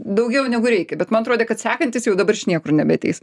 daugiau negu reikia bet man atrodė kad sekantis jau dabar iš niekur nebeateis